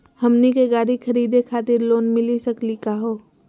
हमनी के गाड़ी खरीदै खातिर लोन मिली सकली का हो?